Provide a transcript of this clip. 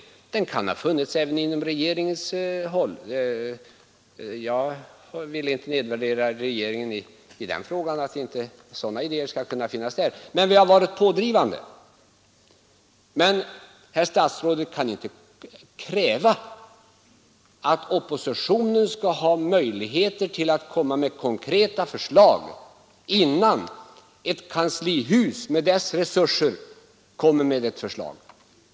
Den idén kan mycket väl ha funnits också på regeringshåll; jag vill inte nedvärdera regeringen och säga att sådana idéer inte kan finnas också där. Men vi har varit pådrivande. Och statsrådet kan inte kräva att oppositionen skall ha möjligheter att framlägga konkreta förslag innan man i kanslihuset, med de resurser som finns där, har lagt fram något förslag.